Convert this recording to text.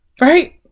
Right